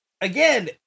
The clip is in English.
again